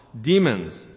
demons